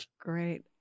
Great